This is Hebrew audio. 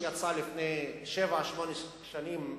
שיצא לפני שבע-שמונה שנים,